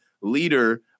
leader